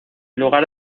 lugar